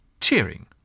cheering